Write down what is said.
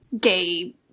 gay